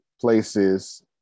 places